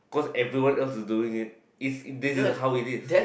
cause everyone else is doing it is this is how it is